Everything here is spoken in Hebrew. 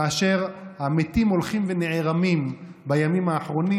כאשר המתים הולכים ונערמים בימים האחרונים,